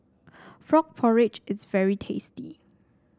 Frog Porridge is very tasty